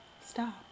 Stop